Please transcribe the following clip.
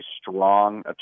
strong